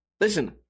Listen